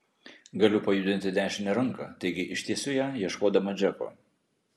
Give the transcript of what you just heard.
galiu pajudinti dešinę ranką taigi ištiesiu ją ieškodama džeko